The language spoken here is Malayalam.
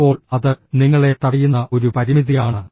ഇപ്പോൾ അത് നിങ്ങളെ തടയുന്ന ഒരു പരിമിതിയാണ്